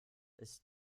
ist